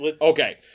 Okay